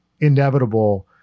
inevitable